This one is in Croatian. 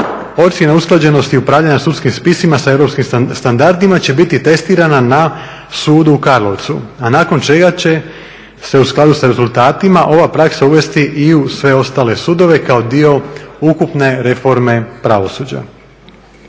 Ocjena usklađenosti i upravljanje sudskim spisima sa europskim standardima će biti testirana na sudu u Karlovcu a nakon čega će se u skladu s rezultatima ova praksa uvesti i u sve ostale sudove kao dio ukupne reforme pravosuđa.